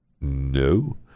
no